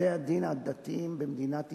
בתי-הדין הדתיים במדינת ישראל,